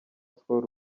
skol